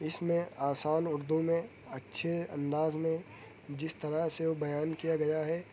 اس میں آسان اردو میں اچھے انداز میں جس طرح سے وہ بیان کیا گیا ہے